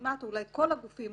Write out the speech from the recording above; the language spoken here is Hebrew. כל הגופים